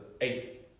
eight